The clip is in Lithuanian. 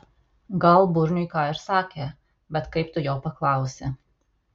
gal burniui ką ir sakė bet kaip tu jo paklausi